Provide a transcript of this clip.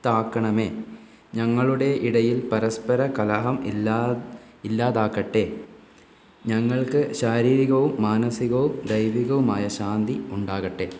ത്താക്കണമേ ഞങ്ങളുടെ ഇടയിൽ പരസ്പര കലഹം ഇല്ലാ ഇല്ലാതാക്കട്ടെ ഞങ്ങൾക്ക് ശാരീരികവും മാനസികവും ദൈവികവുമായ ശാന്തി ഉണ്ടാകട്ടെ